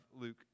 Luke